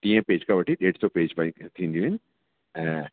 टीहं page खां वठी ॾेढु सौ पेज ताईं थींदियूं आहिनि ऐं